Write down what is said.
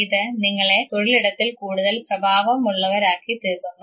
ഇത് നിങ്ങളെ തൊഴിലിടത്തിൽ കൂടുതൽ പ്രഭാവം ഉള്ളവരാക്കിത്തീർക്കുന്നു